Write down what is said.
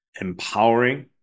empowering